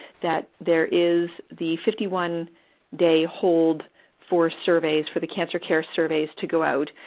that there is the fifty one day hold for surveys for the cancer care surveys to go out.